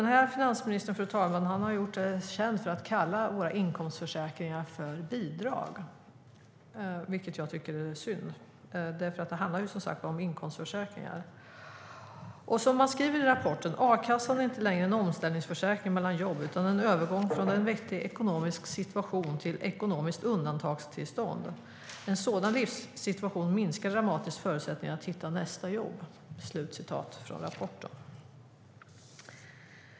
Finansministern, fru talman, har gjort sig känd för att kalla våra inkomstförsäkringar för bidrag, vilket jag tycker är synd. Det handlar om inkomstförsäkringar. I rapporten framgår att a-kassan inte längre är "en omställningsförsäkring mellan jobb utan en övergång från en vettig ekonomisk situation till ekonomiskt undantagstillstånd. En sådan livssituation minskar dramatiskt förutsättningarna att hitta nästa jobb."